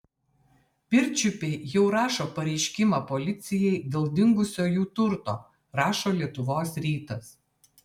pirčiupiai jau rašo pareiškimą policijai dėl dingusio jų turto rašo lietuvos rytas